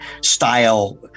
style